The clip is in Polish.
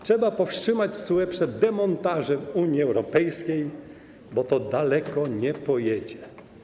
Trzeba powstrzymać TSUE przed demontażem Unii Europejskiej, bo to daleko nie pojedzie.